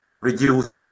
reduce